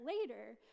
later